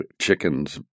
chickens